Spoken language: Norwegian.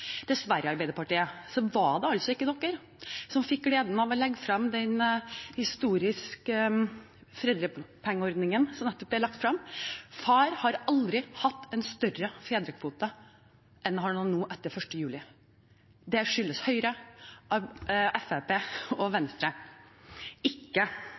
Dessverre, Arbeiderpartiet, var det altså ikke dere som fikk gleden av å legge fram den historiske foreldrepengeordningen som nettopp ble lagt frem. Far har aldri hatt en større fedrekvote enn han har nå etter 1. juli, og det skyldes Høyre, Fremskrittspartiet og Venstre – ikke